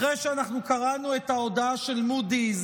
אחרי שאנחנו קראנו את ההודעה של מודי'ס